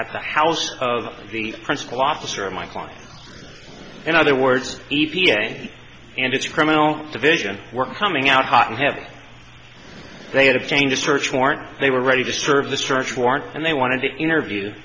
at the house of the principal officer in my client in other words evy a and it's criminal division were coming out hot and heavy they had obtained a search warrant they were ready to serve the search warrant and they wanted to interview